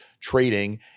trading